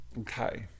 okay